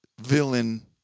villain